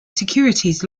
securities